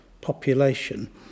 population